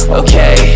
okay